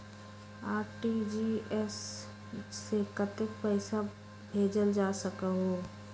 RTGS से कतेक पैसा भेजल जा सकहु???